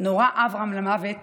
נורה אברהם למוות